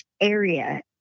area